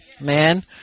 man